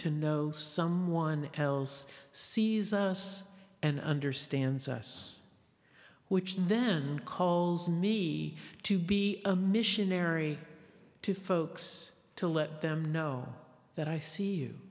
to know someone else sees us and understands us which then calls me to be a missionary to folks to let them know that i see you